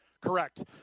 Correct